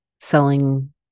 selling